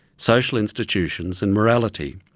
social institutions, and morality.